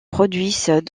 produisent